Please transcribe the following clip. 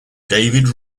david